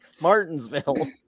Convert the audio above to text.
Martinsville